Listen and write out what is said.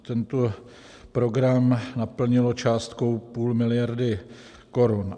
Tento program naplnilo částkou půl miliardy korun.